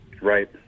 Right